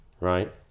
Right